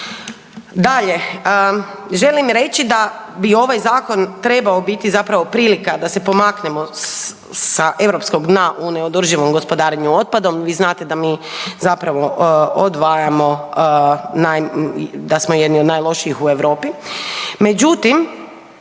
Dalje, želim reći da bi ovaj Zakon trebao biti zapravo prilika da se pomaknemo sa europskog dna u neodrživom gospodarenju otpadom, vi znate da mi zapravo odvajamo naj, da smo jedni od najlošijih u Europi.